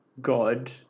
God